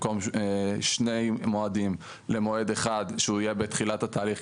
במקום שני מועדים למועד אחד שהוא יהיה בתחילת התהליך,